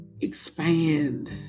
expand